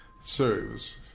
serves